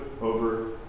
over